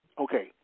Okay